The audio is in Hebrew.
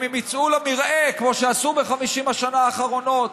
שאם הם יצאו למרעה, כמו שעשו ב-50 השנה האחרונות,